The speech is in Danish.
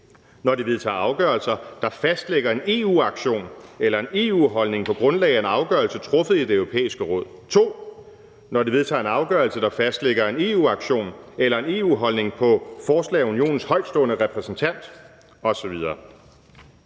når det vedtager afgørelser, der fastlægger en EU-aktion eller en EU-holdning på grundlag af en afgørelse truffet i Det Europæiske Råd, 2) når det vedtager en afgørelse, der fastlægger en EU-aktion eller en EU-holdning på forslag af Unionens højtstående repræsentant osv.